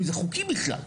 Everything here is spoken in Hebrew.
אם זה חוקי בכלל,